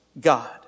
God